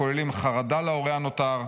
הכוללים חרדה להורה הנותר,